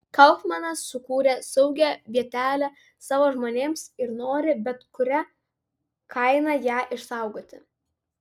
kaufmanas sukūrė saugią vietelę savo žmonėms ir nori bet kuria kaina ją išsaugoti